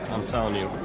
i'm tellin' you